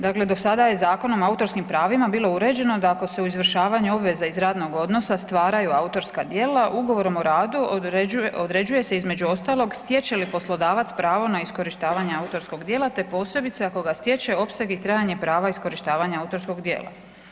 Dakle, do sada je Zakonom o autorskim pravima bilo uređeno da ako se u izvršavanju obveza iz radnog odnosa stvaraju autorska djela, ugovorom o radu određuje se između ostalog, stječe li poslodavac pravo na iskorištavanje autorskog djela te posebice ako ga stječe opseg i trajanje prava iskorištavanja autorskog djela.